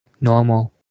normal